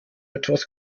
etwas